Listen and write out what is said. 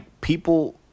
people